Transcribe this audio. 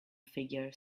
figure